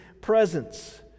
presence